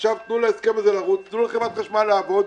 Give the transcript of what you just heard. עכשיו תנו להסכם הזה לרוץ, תנו לחברת החשמל לעבוד,